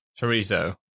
Chorizo